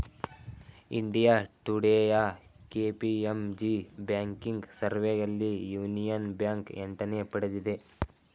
India ಟುಡೇಯ KPMG banking ಸರ್ವೆಯಲ್ಲಿ Union Bank ಎಂಟನೇ ಪಡೆದಿದೆ